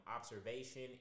observation